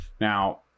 Now